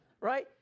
Right